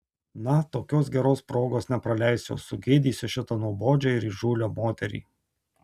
na tokios geros progos nepraleisiu sugėdysiu šitą nuobodžią ir įžūlią moterį